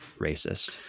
racist